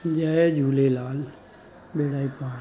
जय झूलेलाल बेड़ा ई पार